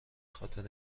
خاطر